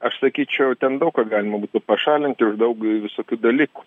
aš sakyčiau ten daug ką galima būtų pašalinti už daug visokių dalykų